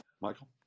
Michael